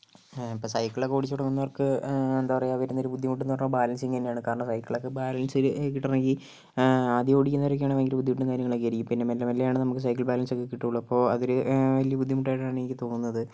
ഇപ്പോൾ സൈക്കിൾ ഒക്കെ ഓടിച്ചു തുടങ്ങുന്നവർക്ക് എന്താ പറയുക വരുന്ന ഒരു ബുദ്ധിമുട്ടെന്നു പറഞ്ഞാൽ ബാലൻസിംഗ് തന്നെയാണ് കാരണം സൈക്കിളൊക്കെ ബാലൻസ് ചെയ്തു കിട്ടണമെങ്കിൽ ആദ്യം ഓടിക്കുന്നവരൊക്കെയാണെങ്കിൽ ഭയങ്കര ബുദ്ധിമുട്ടും കാര്യങ്ങളൊക്കെ ആയിരിക്കും പിന്നെ മെല്ലെ മെല്ലെ ആണ് നമുക്ക് സൈക്കിൾ ബാലൻസ് ഒക്കെ കിട്ടുകയുള്ളൂ അപ്പോൾ അതൊരു വലിയ ബുദ്ധിമുട്ടായിട്ടാണ് എനിക്ക് തോന്നുന്നത്